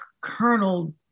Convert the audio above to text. colonel